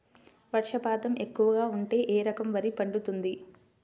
వర్షపాతం ఎక్కువగా ఉంటే ఏ రకం వరి పండుతుంది?